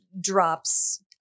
drops